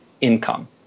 income